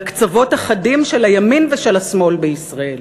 לקצוות החדים של הימין ושל השמאל בישראל,